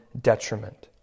detriment